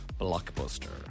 Blockbuster